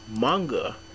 Manga